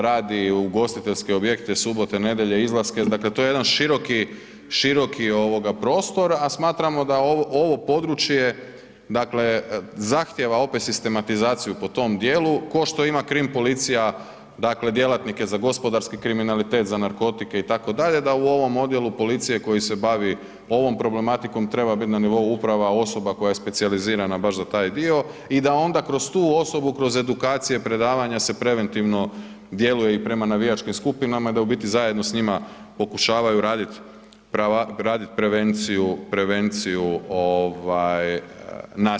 Radi u ugostiteljske objekte, subote, nedjelje, izlaske, dakle to je jedan široki prostor, a smatramo da ovo područje, dakle zahtijeva opet sistematizaciju po tom dijelu, kao što ima krim policija dakle djelatnike za gospodarski kriminalitet, za narkotike, itd., da u ovom odjelu policije koji se bavi ovom problematikom treba biti na nivou uprava osoba koja je specijalizirana baš za taj dio i da onda kroz tu osobu, kroz edukacije, predavanja se preventivno djeluje i prema navijačkim skupinama i da u biti zajedno s njima pokušavaju raditi prevenciju nasilja.